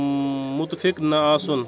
مُتفِق نہٕ آسُن